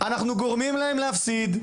אנחנו גורמים להם להפסיד.